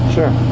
Sure